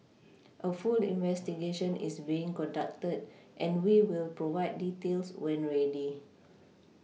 a full investigation is being conducted and we will provide details when ready